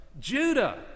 Judah